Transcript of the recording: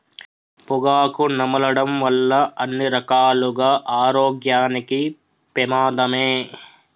పొగాకు నమలడం వల్ల అన్ని రకాలుగా ఆరోగ్యానికి పెమాదమే